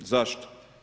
Zašto?